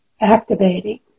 Activating